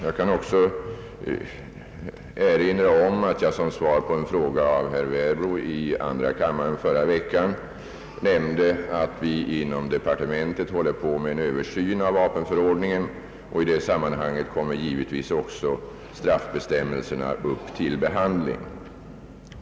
Jag kan också erinra om att jag som svar på en fråga av herr Werbro i andra kammaren förra veckan nämnde att vi inom departementet håller på med en översyn av vapenförordningen, och i det sammanhanget kommer givetvis också straffbestämmelserna upp till behandling.